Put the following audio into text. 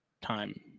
time